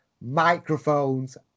microphones